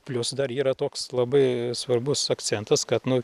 plius dar yra toks labai svarbus akcentas kad nu